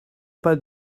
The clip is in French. pas